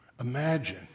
Imagine